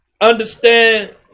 understand